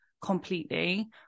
completely